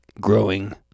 growing